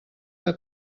que